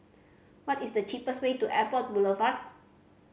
what is the cheapest way to Airport Boulevard